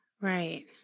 right